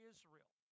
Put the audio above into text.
Israel